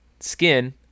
skin